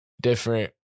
different